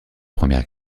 première